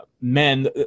men